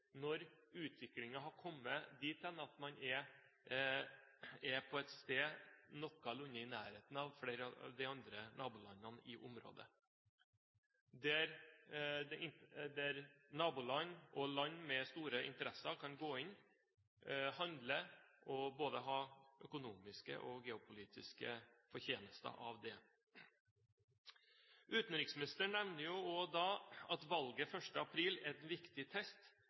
når utviklingen har kommet dit hen at man er på et sted noenlunde i nærheten av flere av de andre nabolandene i området, der naboland og land med store interesser kan gå inn, handle og ha både økonomiske og geopolitiske fortjenester av det. Utenriksministeren nevner også at valget 1. april er en viktig test